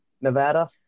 Nevada